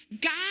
God